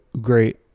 great-